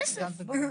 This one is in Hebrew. כסף.